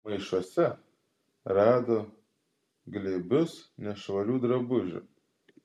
maišuose rado glėbius nešvarių drabužių